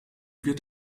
wird